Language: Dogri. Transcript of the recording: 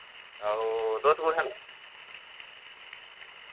आहो तुस कुत्थै न